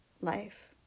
life